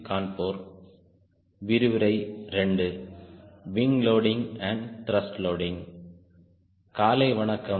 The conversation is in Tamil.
காலை வணக்கம்